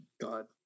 God